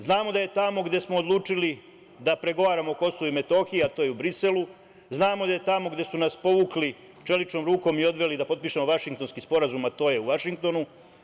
Znamo da je tamo gde smo odlučili da pregovaramo o KiM, a to je u Briselu, znamo da je tamo gde su nas povukli čeličnom rukom i odveli da potpišemo Vašingtonski sporazum, a to je u Vašingtonu.